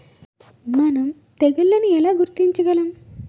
మనం తెగుళ్లను ఎలా గుర్తించగలం?